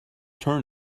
turn